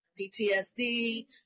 PTSD